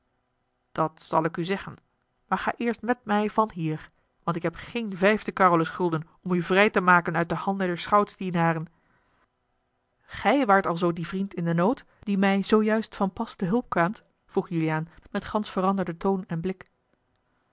dat zal ik u zeggen maar ga eerst met mij van hier want ik heb geen vijfde carolus gulden om u vrij te maken uit de handen der schoutsdienaren gij waart alzoo die vriend in den nood die mij zoo juist van pas te hulp kwaamt vroeg juliaan met gansch veranderden toon en blik